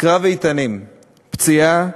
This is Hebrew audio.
קרב איתנים, פציעה,